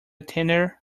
tenner